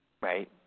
Right